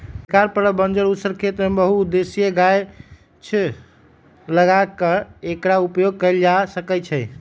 बेकार पड़ल बंजर उस्सर खेत में बहु उद्देशीय गाछ लगा क एकर उपयोग कएल जा सकै छइ